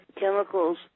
chemicals